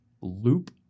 loop